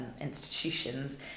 institutions